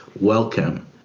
welcome